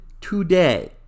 today